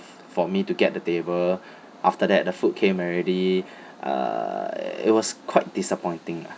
for me to get the table after that the food came already uh it was quite disappointing lah